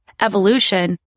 evolution